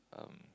um